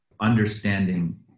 understanding